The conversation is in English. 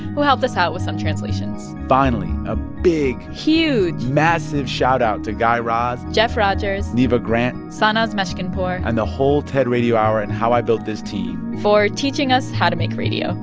who helped us out with some translations finally, a big. huge. massive shout out to guy raz jeff rogers neva grant sanaz meshkinpour and the whole ted radio hour and how i built this team for teaching us how to make radio